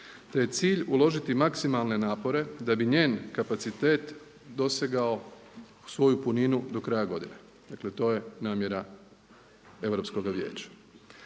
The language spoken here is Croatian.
te je cilj uložiti maksimalne napore da bi njen kapacitet dosegao svoju puninu do kraja godine. Dakle, to je namjera Europskoga vijeća.